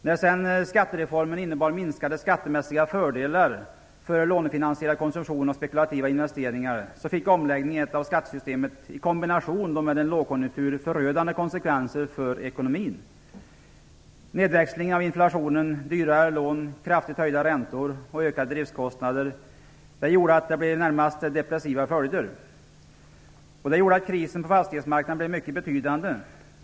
När sedan skattereformen innebar minskade skattemässiga fördelar för lånefinansierad konsumtion och spekulativa investeringar fick omläggningen av skattesystemet i kombinationen med lågkonjunkturen förödande konsekvenser för ekonomin. Nedväxlingen av inflationen, dyrare lån, kraftigt höjda räntor och ökade driftskostnader fick närmast depressiva följder. Det gjorde att krisen på fastighetsmarknaden blev mycket betydande.